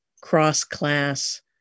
cross-class